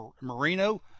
Marino